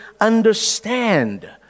understand